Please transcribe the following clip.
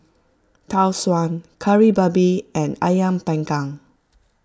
Tau Suan Kari Babi and Ayam Panggang